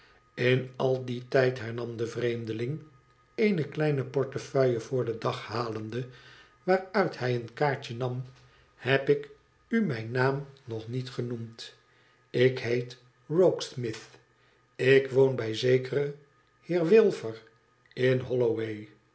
tin al dien tijd hernam de vreemdeling eene kleine portefeuille voor den dag halende waaruit hij een kaartje nam heb ik u mijn naam nogr niet genoemd ik heet rokesmith ik woon bij zekeren heer wilfer in holloway